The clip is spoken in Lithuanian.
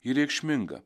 ji reikšminga